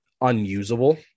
unusable